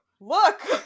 look